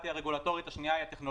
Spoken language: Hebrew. היא הרגולטורית והשנייה היא הטכנולוגית.